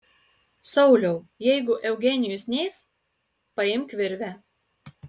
sauliau jeigu eugenijus neis paimk virvę